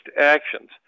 actions